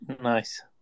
nice